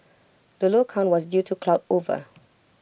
the low count was due to cloud over